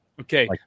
Okay